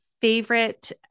favorite